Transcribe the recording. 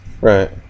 Right